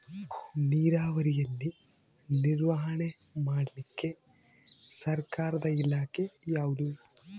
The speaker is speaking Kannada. ನೇರಾವರಿಯಲ್ಲಿ ನಿರ್ವಹಣೆ ಮಾಡಲಿಕ್ಕೆ ಸರ್ಕಾರದ ಇಲಾಖೆ ಯಾವುದು?